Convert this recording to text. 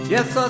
Yes